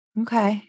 okay